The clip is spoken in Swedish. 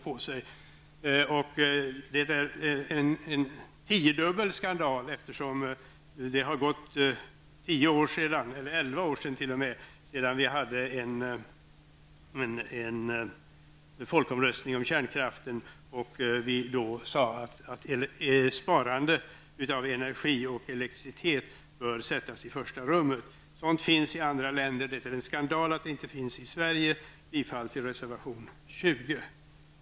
Det är en tiodubbel skandal, eftersom det har gått tio år -- elva år t.o.m. -- sedan vi hade en folkomröstning om kärnkraften. Då sades det att sparande av energi och elektricitet bör sättas i första rummet. Sådana deklarationer finns i andra länder, och det är en skandal att det inte finns i Sverige. Bifall till reservation 20!